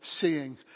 seeing